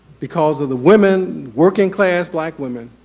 because of the women working class black women,